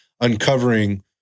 uncovering